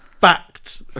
fact